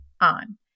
on